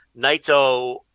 Naito